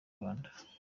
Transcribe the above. rwanda